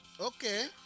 Okay